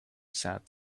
said